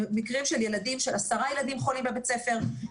מקרים של עשרה ילדים חולים בבית ספר,